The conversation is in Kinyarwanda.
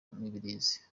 mibirizi